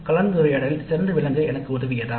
கலந்துரையாடலில் சிறந்து விளங்க எனக்கு உதவியதா